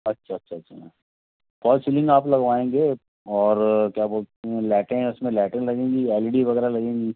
अच्छा अच्छा अच्छा मैम फोल्स सीलिंग आप लगवाएँगे और क्या बोलते हैं और लाइटें उसमें लाइटें लगेंगी एल ई डी वग़ैरह लगेंगी